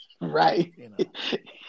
right